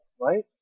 right